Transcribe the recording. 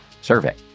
survey